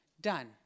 done